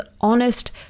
honest